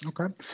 Okay